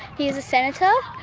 he is a senator,